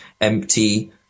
empty